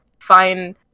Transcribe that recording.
find